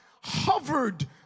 hovered